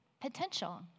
potential